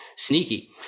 sneaky